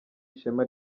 ishema